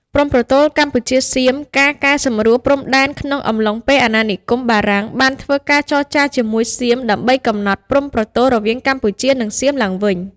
ព្រំប្រទល់កម្ពុជា សៀម ការកែសម្រួលព្រំដែនក្នុងអំឡុងពេលអាណានិគម បារាំងបានធ្វើការចរចាជាមួយសៀមដើម្បីកំណត់ព្រំប្រទល់រវាងកម្ពុជា និងសៀមឡើងវិញ។